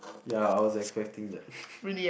ya I was expecting that